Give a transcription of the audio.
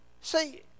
See